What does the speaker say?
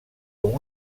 com